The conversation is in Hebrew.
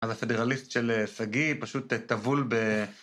אז הפדרליסט של שגיא פשוט טבול ב...